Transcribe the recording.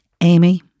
Amy